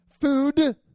food